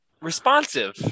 Responsive